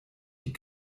die